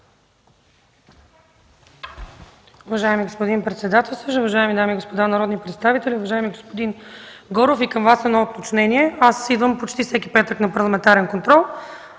Уважаеми господин председател, уважаеми дами и господа народни представители! Уважаеми господин Горов, и към Вас едно уточнение. Аз идвам почти всеки петък на парламентарен контрол.